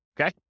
Okay